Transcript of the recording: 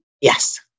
Yes